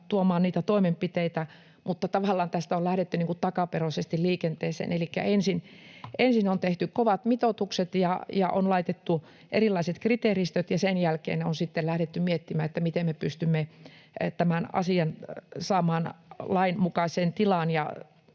tuomaan niitä toimenpiteitä, mutta tavallaan tässä on lähdetty takaperoisesti liikenteeseen, elikkä ensin on tehty kovat mitoitukset ja on laitettu erilaiset kriteeristöt, ja sen jälkeen on sitten lähdetty miettimään, miten me pystymme tämän asian saamaan lain mukaiseen tilaan.